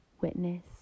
witness